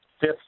fifth